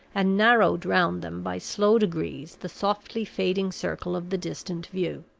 and narrowed round them by slow degrees the softly fading circle of the distant view.